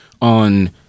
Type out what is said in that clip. on